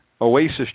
Oasis